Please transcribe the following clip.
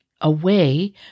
away